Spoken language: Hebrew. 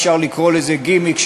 כמעט אפשר לקרוא לזה גימיק,